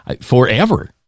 forever